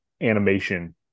animation